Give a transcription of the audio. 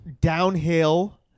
downhill